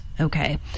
Okay